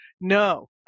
No